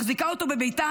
מחזיקה אותו בביתה,